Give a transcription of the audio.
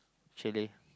chalet